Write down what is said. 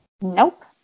nope